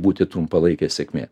būti trumpalaikė sėkmė